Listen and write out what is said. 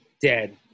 dead